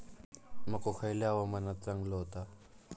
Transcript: मको खयल्या हवामानात चांगलो होता?